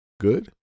good